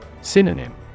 Synonym